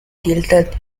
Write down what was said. tilted